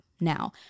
now